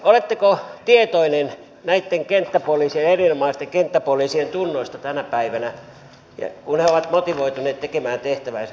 oletteko tietoinen näitten erinomaisten kenttäpoliisien tunnoista tänä päivänä kun he ovat motivoituneet tekemään tehtäväänsä